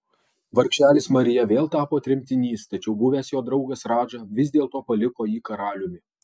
vargšelis marija vėl tapo tremtinys tačiau buvęs jo draugas radža vis dėlto paliko jį karaliumi